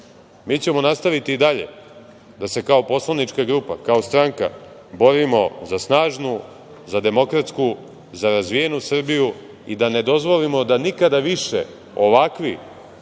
ćemo nastaviti i dalje da se kao poslanička grupa, kao stranka borimo za snažnu, za demokratsku, za razvijenu Srbiju i da ne dozvolimo da nikada više ovakvi